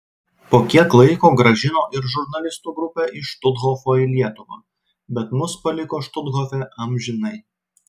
po kiek laiko grąžino ir žurnalistų grupę iš štuthofo į lietuvą bet mus paliko štuthofe amžinai